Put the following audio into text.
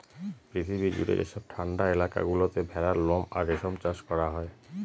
পৃথিবী জুড়ে যেসব ঠান্ডা এলাকা গুলোতে ভেড়ার লোম আর রেশম চাষ করা হয়